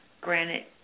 granite